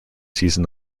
season